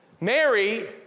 Mary